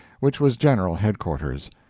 which was general headquarters.